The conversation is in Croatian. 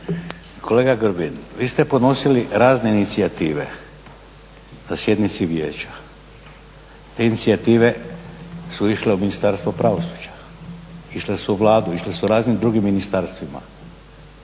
Kolega Grbin, vi ste podnosili razne inicijative na sjednici vijeća. Te inicijative su išle u Ministarstvo pravosuđa, išle su u Vladu, išle su raznim drugim ministarstvima.